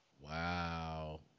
Wow